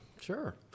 Sure